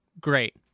Great